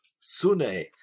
Sune